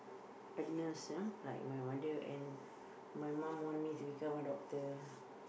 a nurse ah like my mother and my mum want me to become a doctor